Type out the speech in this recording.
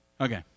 Okay